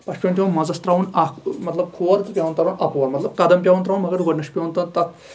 تَتھ چھُ پیوان منٛزس تروُن اکھ مطلب کھور تہٕ پیوان ترُن اَپور مطلب قدم پیوان تراوُن مَگر گۄڈٕنیتھ چھُ پیوان تَتھ